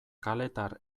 kaletar